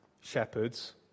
shepherds